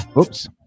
Oops